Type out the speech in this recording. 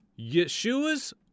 Yeshua's